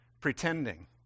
pretending